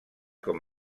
com